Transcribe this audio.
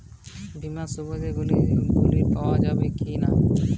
বিমা চালাতে চালাতে কেও মারা গেলে বিমার সুবিধা গুলি পাওয়া যাবে কি না?